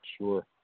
Sure